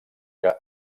que